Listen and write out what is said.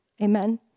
Amen